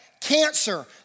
cancer